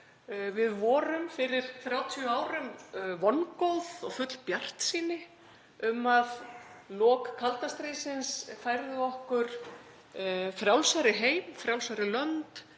Við vorum fyrir 30 árum vongóð og full bjartsýni um að lok kalda stríðsins færðu okkur frjálsari heim, frjálsari lönd,